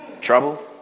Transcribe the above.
Trouble